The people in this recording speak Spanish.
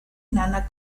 nana